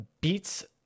beats